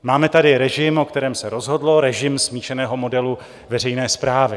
Máme tady režim, o kterém se rozhodlo režim smíšeného modelu veřejné správy.